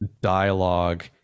dialogue